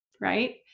right